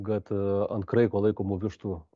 kad ant kraiko laikomų vištų